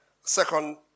second